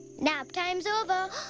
nap time's over!